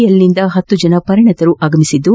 ಎಲ್ನಿಂದ ಹತ್ತು ಜನ ಪರಿಣಿತರು ಆಗಮಿಸಿದ್ದು